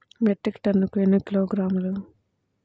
Metric టన్నుకు ఎన్ని కిలోగ్రాములు?